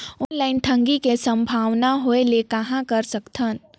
Online ठगी के संभावना होय ले कहां कर सकथन?